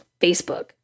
Facebook